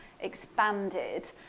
expanded